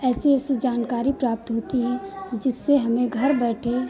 ऐसी ऐसी जानकारी प्राप्त होती हैं जिससे हमें घर बैठे